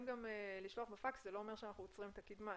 גם לשלוח בפקס זה לא אומר שאנחנו עוצרים את הקדמה,